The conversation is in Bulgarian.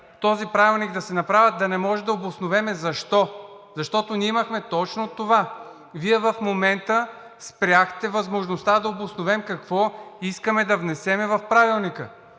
този правилник да се направят, да не можем да обосновем защо. Защото ние имахме точно това. Вие в момента спряхте възможността да обосновем какво искаме да внесем в Правилника.